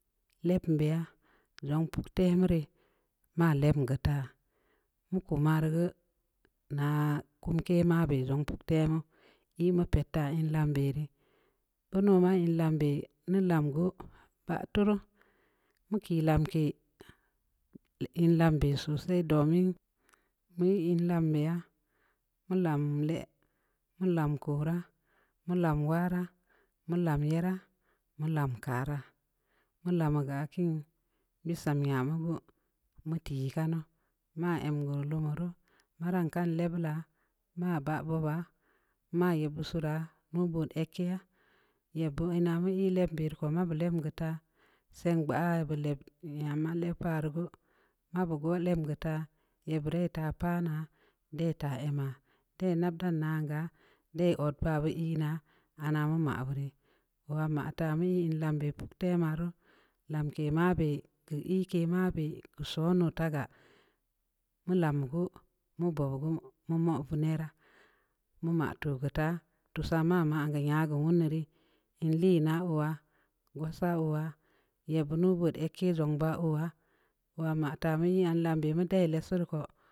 Lebm beya zong puktemu rii, maa lebm geu taa, mu kummaa rii geu, naah kumke maa beh zong puktemu, ii mu ped taa in lamn beh rii, beno maa in lamn beh, nneu lam gu, baah tuuruu, mu kii lamke, in lamnbeh sosai, domin, mu yii in lamn beya, mu lam leh, mu lam kooraa, mu lam waraa, mu lam yeraa, mu lam kaaraa, mu lam yi geu aah kiin. bissam nyamu geu, mu tii kanu, maa em geu lumu ruu, maa ran kan lebeulaa, maa boobaa, maa yebbeud suuraa, nuubood egkeya, yebbeud ina mu ii lebn beh rii koma bu lebn geu taa, seg gbaa bu leb nyama legeu paa rii gu, ma bu gooh leb gu taa, yeb beud dai taah paa naa, dai taa emaa, dai nab dan naanaa. dai od ba beud inaa, ana mu maa bu rii, owaa ma taa mu ii in lamn beh puktema ruu, lamke mabe, keu iike mabe, keu soon oo tagaa, mu lam yi gu, mu bob ya gu, mu moo vaneraa, mu maa tuu geu taa, tuusaa, maa maan nyaa geu nwundu rii, in liina oowaa, gossa owaayebbeud nuubood egke zong baa oowaa, oowaa maa taa mu yi anh lamn beh, mu dai lessuu rii ko,